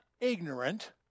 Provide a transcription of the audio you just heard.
ignorant